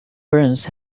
burns